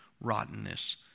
rottenness